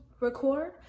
record